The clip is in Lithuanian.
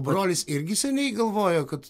brolis irgi seniai galvojo kad